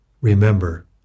remember